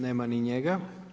Nema ni njega.